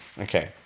Okay